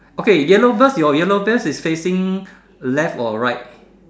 okay yellow bird your yellow bird is facing left or right